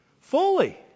Fully